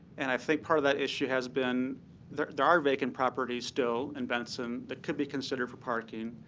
and i think part of that issue has been there there are vacant properties still in benson that could be considered for parking.